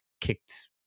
kicked